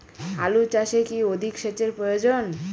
আলু চাষে কি অধিক সেচের প্রয়োজন?